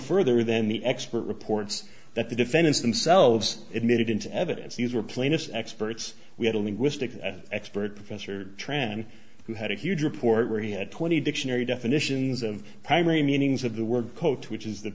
further than the expert reports that the defendants themselves admitted into evidence these were plaintiff's experts we had a linguistic expert professor tran who had a huge report where he had twenty dictionary definitions of primary meanings of the word coat which is the